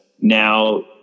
now